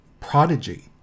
prodigy